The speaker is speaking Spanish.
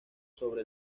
sobre